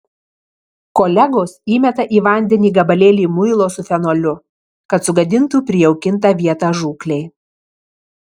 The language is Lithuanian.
kolegos įmeta į vandenį gabalėlį muilo su fenoliu kad sugadintų prijaukintą vietą žūklei